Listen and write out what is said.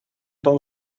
dan